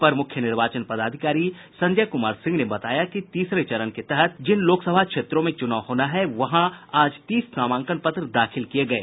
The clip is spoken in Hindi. अपर मुख्य निर्वाचन पदाधिकारी संजय कुमार सिंह ने बताया कि तीसरे चरण के तहत जिन लोकसभा क्षेत्रों में चुनाव होना है वहां आज तीस नामांकन पत्र दाखिल किये गये